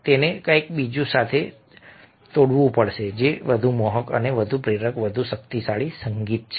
તેને કંઈક બીજું સાથે તોડવું પડશે જે વધુ મોહક વધુ પ્રેરક વધુ શક્તિશાળી સંગીત છે